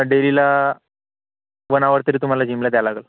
Delilah one hour तरी तुम्हाला जिमला द्या लागेल